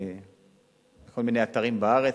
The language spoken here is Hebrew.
בכל מיני אתרים בארץ,